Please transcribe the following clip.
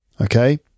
okay